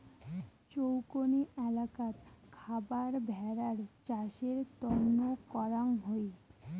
চৌকনি এলাকাত খাবার ভেড়ার চাষের তন্ন করাং হই